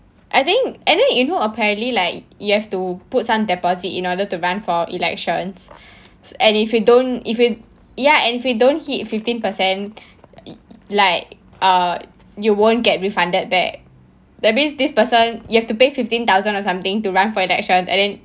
I think anyway you know apparently like you have to put some deposit in order to run for elections and if you don't if you ya and we don't hit fifteen percent like uh you won't get refunded back that means this person you have to pay fifteen thousand or something to run for election and then